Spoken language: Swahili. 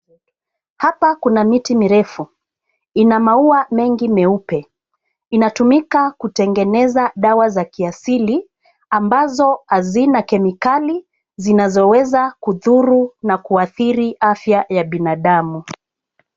Hapa kuna miti mirefu, ina maua mengi meupe. Inatumika kutengeneza dawa za kiasili ambazo hazina kemikali zinazoweza kudhuru na kuadhiri afya ya binadamu.